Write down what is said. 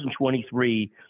2023